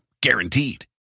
Guaranteed